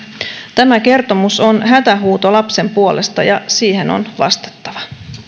tämä kertomus on hätähuuto lapsen puolesta ja siihen on vastattava